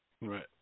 Right